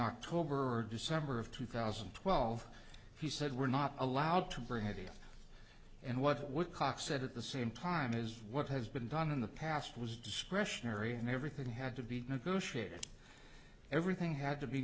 october or december of two thousand and twelve he said we're not allowed to bring ideas and what cox said at the same time is what has been done in the past was discretionary and everything had to be negotiated everything had to be